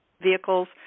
vehicles